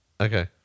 Okay